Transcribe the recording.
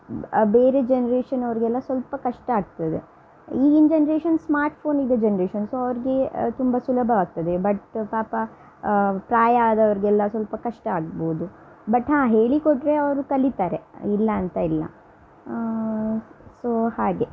ಬೇರೆ ಜನ್ರೇಷನ್ನವ್ರಿಗೆಲ್ಲ ಸ್ವಲ್ಪ ಕಷ್ಟ ಆಗ್ತದೆ ಈಗಿನ ಜನ್ರೇಷನ್ಸ್ ಸ್ಮಾರ್ಟ್ ಫೋನಿದು ಜನ್ರೇಷನ್ ಸೊ ಅವ್ರಿಗೆ ತುಂಬ ಸುಲಭ ಆಗ್ತದೆ ಬಟ್ ಪಾಪ ಪ್ರಾಯ ಆದವ್ರಿಗೆಲ್ಲ ಸ್ವಲ್ಪ ಕಷ್ಟ ಆಗ್ಬೋದು ಬಟ್ ಹಾಂ ಹೇಳಿ ಕೊಟ್ಟರೆ ಅವರು ಕಲಿತಾರೆ ಇಲ್ಲಾಂತ ಇಲ್ಲ ಸೊ ಹಾಗೆ